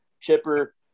chipper